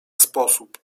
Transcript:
sposób